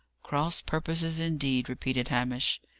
cross-purposes, indeed! repeated hamish.